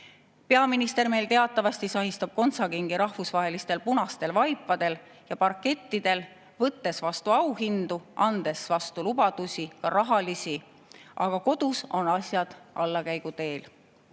Peaminister meil teatavasti sahistab kontsakingi rahvusvahelistel punastel vaipadel ja parkettidel, võttes vastu auhindu, andes vastu lubadusi, ka rahalisi, aga kodus on asjad allakäiguteel.